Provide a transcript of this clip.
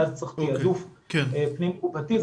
ואז צריך תעדוף פנים קופתי.